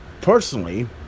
personally